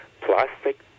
plastic